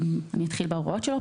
נתחיל בהוראות שלו.